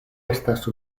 estas